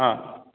हां